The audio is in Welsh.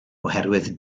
oherwydd